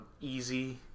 Easy